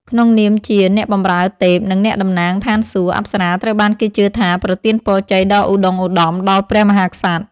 ក្នុងនាមជា អ្នកបម្រើទេព និង អ្នកតំណាងស្ថានសួគ៌ អប្សរាត្រូវបានគេជឿថាប្រទានពរជ័យដ៏ឧត្តុង្គឧត្តមដល់ព្រះមហាក្សត្រ។